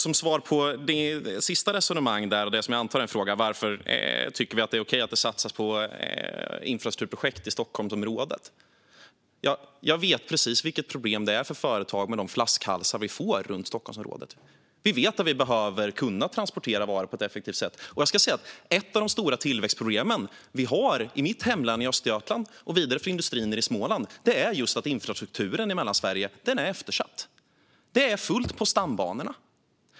Som svar på det sista resonemanget och det jag antar är en fråga - alltså om vi tycker att det är okej att det satsas på infrastrukturprojekt i Stockholmsområdet - vet jag precis vilket problem det är för företagen med flaskhalsarna runt Stockholm. Vi vet att vi behöver kunna transportera varor på ett effektivt sätt. Jag ska säga att ett av de stora tillväxtproblemen som vi har i mitt hemlän Östergötland och vidare i industrin i Småland är just att infrastrukturen i Mellansverige är eftersatt. Det är fullt på stambanorna.